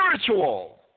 spiritual